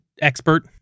expert